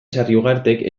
sarriugartek